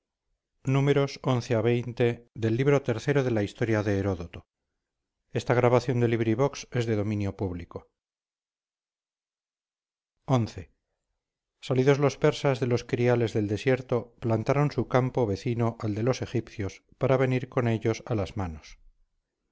los cielos xi salidos los persas de los criales del desierto plantaron su campo vecino al de los egipcios para venir con ellos a las manos